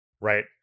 right